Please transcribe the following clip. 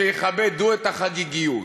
שיכבד הוא את החגיגיות